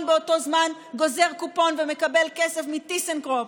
באותו זמן גוזר קופון ומקבל כסף מטיסנקרופ,